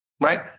right